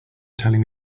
telling